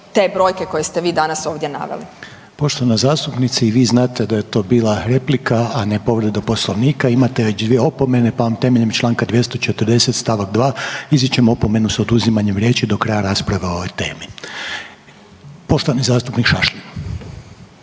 te brojke koje ste vi danas ovdje naveli. **Reiner, Željko (HDZ)** Poštovana zastupnice i vi znate da je to bila replika, a ne povreda Poslovnika i imate već dvije opomene, pa vam temeljem članka 240. stavak 2. izričem opomenu sa oduzimanjem riječi do kraja rasprave o ovoj temi. Poštovani zastupnik Šašlin.